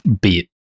beat